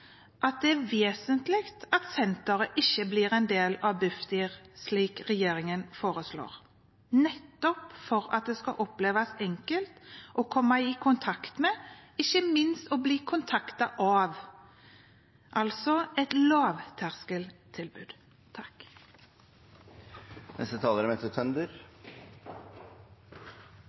at det er vesentlig at senteret ikke blir en del av Bufdir, slik regjeringen foreslår, nettopp for at det skal oppleves enkelt å komme i kontakt med og ikke minst bli kontaktet av – altså et lavterskeltilbud. Dette er en sak hvor alle partier er